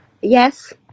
yes